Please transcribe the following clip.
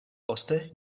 poste